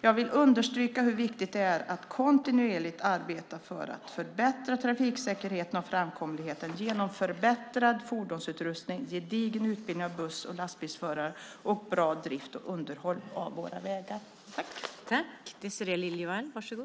Jag vill understryka hur viktigt det är att kontinuerligt arbeta för att förbättra trafiksäkerheten och framkomligheten genom förbättrad fordonsutrustning, gedigen utbildning av buss och lastbilsförare och bra drift och underhåll av våra vägar. Då Sven Bergström, som framställt en av